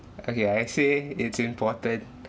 okay I say it's important